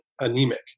anemic